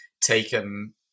taken